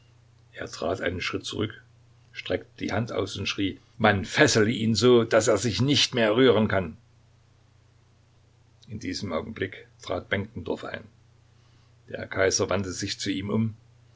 er trat einen schritt zurück streckte die hand aus und schrie man fessele ihn so daß er sich nicht mehr rühren kann in diesem augenblick trat benkendorf ein der kaiser wandte sich zu ihm um